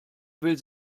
will